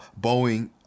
Boeing